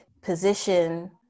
position